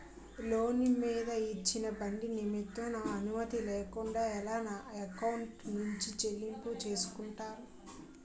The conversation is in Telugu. లోన్ మీద ఇచ్చిన ఒడ్డి నిమిత్తం నా అనుమతి లేకుండా ఎలా నా ఎకౌంట్ నుంచి చెల్లింపు చేసుకుంటారు?